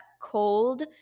cold